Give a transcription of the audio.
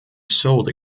sold